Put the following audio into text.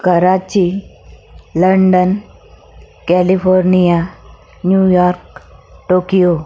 Karachi London California New York Tokyo